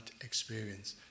experience